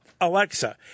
Alexa